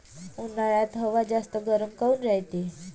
उन्हाळ्यात हवा जास्त गरम काऊन रायते?